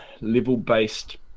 level-based